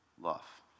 love